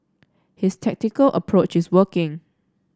his tactical approach is working